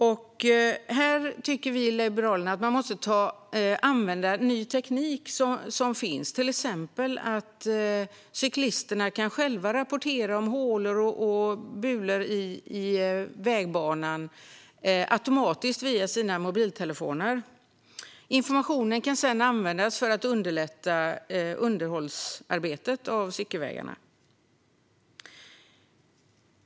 Vi i Liberalerna tycker att man måste ta hjälp av ny teknik. Exempelvis skulle cyklisterna själva och automatiskt kunna rapportera om hålor och bulor i vägbanan via sina mobiltelefoner. Informationen kan sedan användas för att underlätta underhållsarbetet av cykelvägarna.